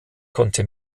konnte